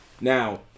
Now